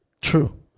True